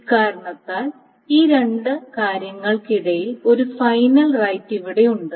ഇക്കാരണത്താൽ ഈ രണ്ട് കാര്യങ്ങൾക്കിടയിൽ ഒരു ഫൈനൽ റൈറ്റ് ഇവിടെയുണ്ട്